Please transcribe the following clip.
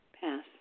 Pass